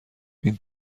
این